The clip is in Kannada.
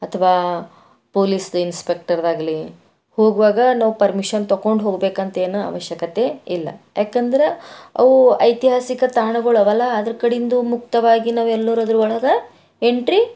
ಅಥವಾ ಪೋಲೀಸ್ದು ಇನ್ಸ್ಪೆಕ್ಟರ್ದಾಗ್ಲಿ ಹೋಗುವಾಗ ನಾವು ಪರ್ಮಿಷನ್ ತಕ್ಕೊಂಡು ಹೋಗ್ಬೇಕಂತೇನು ಅವಶ್ಯಕತೆ ಇಲ್ಲ ಯಾಕೆಂದ್ರೆ ಅವು ಐತಿಹಾಸಿಕ ತಾಣಗಳವಲ್ಲ ಅದರ ಕಡಿಂದು ಮುಕ್ತವಾಗಿ ನಾವೆಲ್ಲರು ಅದ್ರುವೊಳಗೆ ಎಂಟ್ರಿ